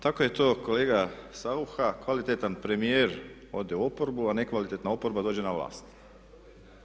Tako je to kolega Saucha, kvalitetan premijer ode u oporbu, a nekvalitetna oporba dođe na vlast.